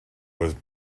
was